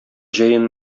җәен